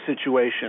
situation